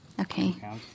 Okay